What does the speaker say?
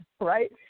right